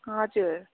हजुर